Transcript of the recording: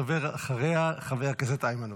הדובר אחריה, חבר הכנסת איימן עודה.